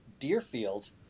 Deerfields